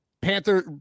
panther